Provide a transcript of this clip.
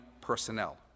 personnel